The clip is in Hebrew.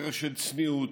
דרך של צניעות,